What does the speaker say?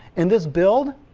in this build,